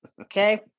Okay